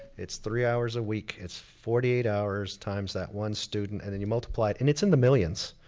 it's three hours a week, it's forty eight hours times that one student and then you multiply and it's in the millions.